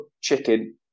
chicken